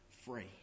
free